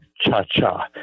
cha-cha